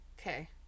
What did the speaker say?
Okay